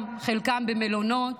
גם חלקם במלונות,